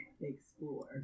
explore